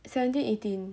seventeen eighteen